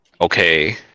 okay